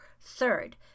Third